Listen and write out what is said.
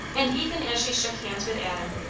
and even as she shook hands with adam,